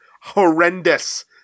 horrendous